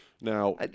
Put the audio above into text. Now